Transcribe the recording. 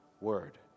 word